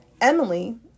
Emily